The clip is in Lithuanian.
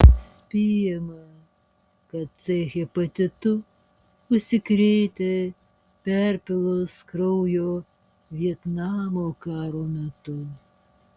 spėjama kad c hepatitu užsikrėtė perpylus kraujo vietnamo karo metu